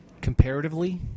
comparatively